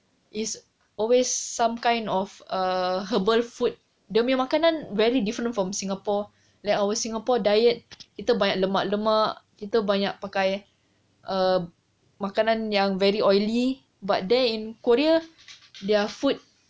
is always some kind of err herbal food dia punya makanan is very different from singapore like our singapore diet kita banyak lemak-lemak kita banyak pakai err makanan yang very oily but there in korea their food